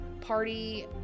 party